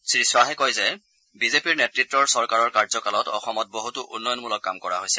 শ্ৰীখাহে কয় যে বিজেপিৰ নেত়ত্ৰ চৰকাৰৰ কাৰ্যকালত অসমত বহুতো উন্নয়নমূলক কাম কৰা হৈছে